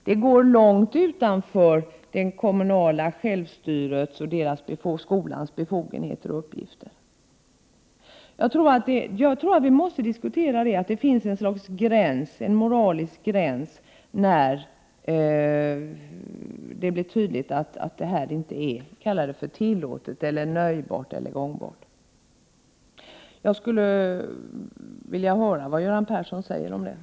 Det går långt utanför det kommunala självstyret och skolans befogenheter och uppgifter. Jag tror att vi måste diskutera frågan. Det finns ett slags moralisk gräns för vad som är tillåtet, nöjbart eller gångbart. Jag skulle vilja höra vad Göran Persson säger om detta.